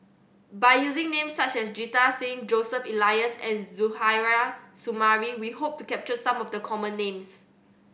by using names such as Jita Singh Joseph Elias and Suzairhe Sumari we hope to capture some of the common names